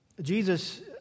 Jesus